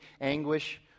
anguish